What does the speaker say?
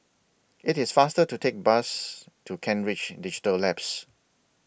IT IS faster to Take Bus to Kent Ridge Digital Labs